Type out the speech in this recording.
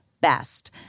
best